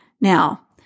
Now